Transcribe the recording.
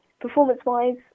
Performance-wise